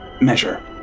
measure